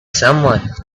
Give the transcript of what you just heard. someone